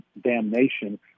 damnation